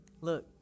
look